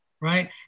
right